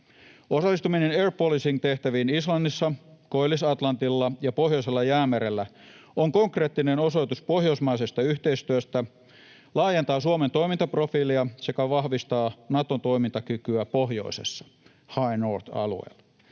Osallistuminen air policing ‑tehtäviin Islannissa, Koillis-Atlantilla ja Pohjoisella jäämerellä on konkreettinen osoitus pohjoismaisesta yhteistyöstä, laajentaa Suomen toimintaprofiilia sekä vahvistaa Naton toimintakykyä pohjoisessa, High North ‑alueella.